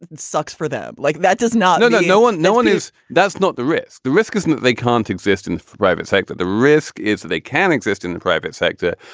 sucks for them. like that does not. no, no, no one. no one is that's not the risk. the risk is they can't exist in the private sector. the risk is they can exist in the private sector.